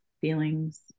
feelings